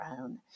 own